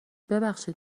ببخشید